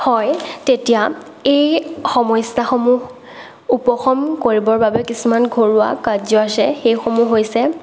হয় তেতিয়া এই সমস্যাসমূহ উপশম কৰিবৰ বাবে কিছুমান ঘৰুৱা কাৰ্য্য আছে সেইসমূহ হৈছে